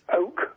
oak